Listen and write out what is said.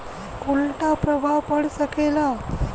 उल्टा प्रभाव पड़ सकेला